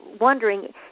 wondering